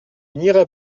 n’irai